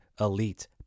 elite